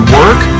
work